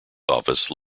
office